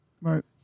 right